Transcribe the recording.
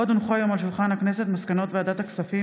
עוד הונחו היום על שולחן הכנסת מסקנות ועדת הכספים